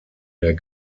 der